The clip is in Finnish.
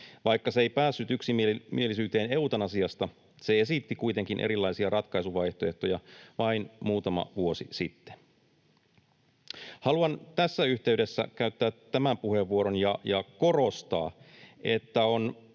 vaikka se ei päässyt yksimielisyyteen eutanasiasta, se esitti kuitenkin erilaisia ratkaisuvaihtoehtoja vain muutama vuosi sitten. Haluan tässä yhteydessä käyttää tämän puheenvuoron ja korostaa, että on